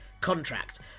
contract